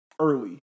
Early